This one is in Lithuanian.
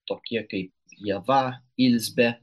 tokie kaip ieva ilzbė